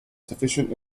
sufficient